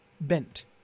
bent